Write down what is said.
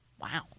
Wow